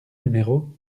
numéro